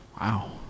Wow